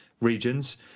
regions